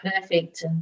perfect